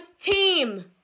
team